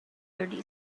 thirty